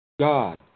God